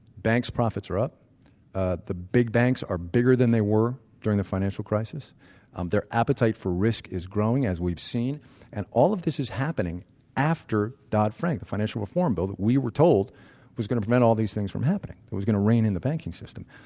banks' profits are up ah the big banks are bigger than they were during the financial crisis their appetite for risk is growing, as we've seen and all of this is happening after dodd-frank the financial reform bill that we were told was going to prevent all these things from happening. it was going to rein in the banking system.